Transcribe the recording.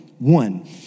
One